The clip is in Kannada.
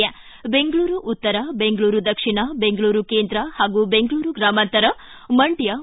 ರಾಜ್ಜದ ಬೆಂಗಳೂರು ಉತ್ತರ ಬೆಂಗಳೂರು ದಕ್ಷಿಣ ಬೆಂಗಳೂರು ಕೇಂದ್ರ ಹಾಗೂ ಬೆಂಗಳೂರು ಗ್ರಾಮಾಂತರ ಮಂಡ್ಚ